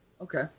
okay